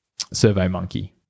SurveyMonkey